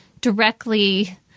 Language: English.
directly